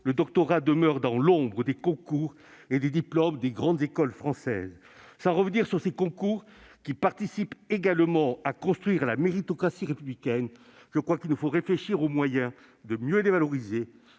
le doctorat demeure dans l'ombre des concours et des diplômes des grandes écoles françaises. Sans revenir sur ces concours, qui participent également à construire la méritocratie républicaine, je crois qu'il nous faut réfléchir aux moyens de mieux les valoriser.